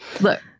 Look